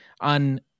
On